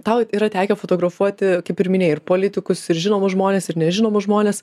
tau yra tekę fotografuoti kaip ir minėjai ir politikus ir žinomus žmones ir nežinomus žmones